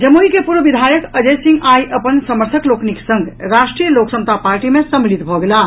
जमुई के पूर्व विधायक अजय सिंह आई अपन समर्थक लोकनिक संग राष्ट्रीय लोक समता पार्टी मे सम्मिलित भऽ गेलाह